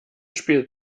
spielt